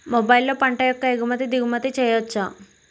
మొబైల్లో పంట యొక్క ఎగుమతి దిగుమతి చెయ్యచ్చా?